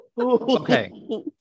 Okay